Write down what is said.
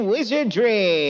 Wizardry